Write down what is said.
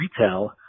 retail